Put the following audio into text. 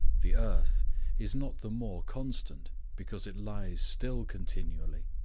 the earth is not the more constant, because it lies still continually,